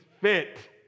fit